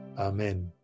Amen